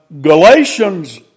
Galatians